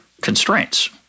constraints